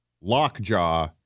lockjaw